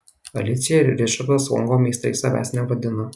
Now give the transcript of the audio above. alicija ir ričardas gongo meistrais savęs nevadina